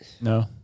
No